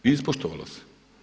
Ispoštovalo se.